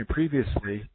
previously